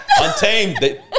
Untamed